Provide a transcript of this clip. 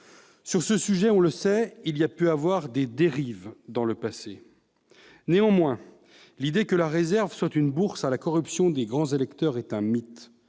Sur ce sujet, on le sait, il y a pu avoir des dérives par le passé. Néanmoins, l'idée que la réserve soit une bourse à la corruption des grands électeurs est un mythe.